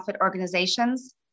organizations